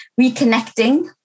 reconnecting